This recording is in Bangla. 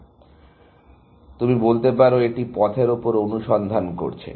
সুতরাং তুমি বলতে পারো এটি পথের উপর অনুসন্ধান করছে